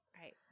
right